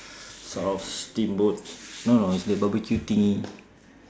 sort of steamboat no no it's the barbecue thingy